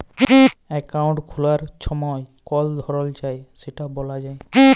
account খুলার ছময় কল ধরল চায় সেট ব্যলা যায়